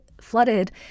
flooded